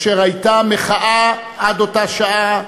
אשר הייתה מחאה עד אותה שעה,